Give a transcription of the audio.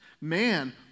Man